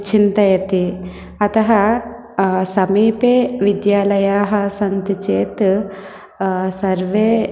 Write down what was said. चिन्तयन्ति अतः समीपे विद्यालयाः सन्ति चेत् सर्वे